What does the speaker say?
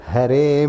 Hare